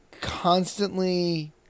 constantly